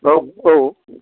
औ औ